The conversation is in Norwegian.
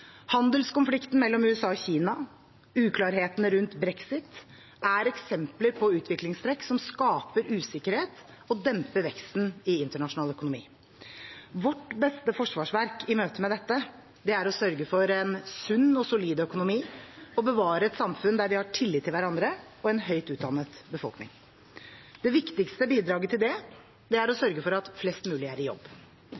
Handelskonflikten mellom USA og Kina og uklarhetene rundt brexit er eksempler på utviklingstrekk som skaper usikkerhet og demper veksten i internasjonal økonomi. Vårt beste forsvarsverk i møte med dette er å sørge for en sunn og solid økonomi og bevare et samfunn der vi har tillit til hverandre, og en høyt utdannet befolkning. Det viktigste bidraget til det er å